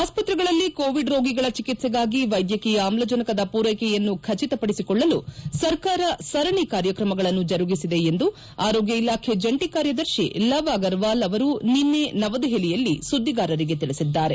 ಆಸ್ಪತ್ರೆಗಳಲ್ಲಿ ಕೋವಿಡ್ ರೋಗಿಗಳ ಚಿಕಿತ್ಸೆಗಾಗಿ ವೈದ್ಯಕೀಯ ಆಮ್ಲಜನಕದ ಪೂರೈಕೆಯನ್ನು ಖಚಿತಪಡಿಸಿಕೊಳ್ಳಲು ಸರ್ಕಾರ ಸರಣಿ ಕಾರ್ಯಕ್ರಮಗಳನ್ನು ಜರುಗಿಸಿದೆ ಎಂದು ಆರೋಗ್ಯ ಇಲಾಖೆ ಜಂಟಿ ಕಾರ್ಯದರ್ಶಿ ಲವ್ ಅಗರ್ವಾಲ್ ಅವರು ನಿನ್ನೆ ನವದೆಹಲಿಯಲ್ಲಿ ಸುದ್ದಿಗಾರರಿಗೆ ತಿಳಿಸಿದ್ದಾರೆ